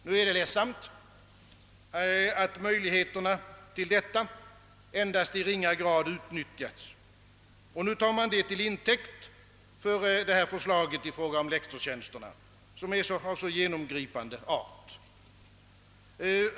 Det är tråkigt att möjligheterna härtill endast i ringa utsträckning utnyttjats, vilket nu tas till intäkt för det nu framlagda förslaget om lektorstjänsterna, som är av så genomgripande art.